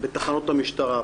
בתחנות המשטרה,